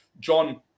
john